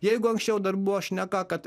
jeigu anksčiau dar buvo šneka kad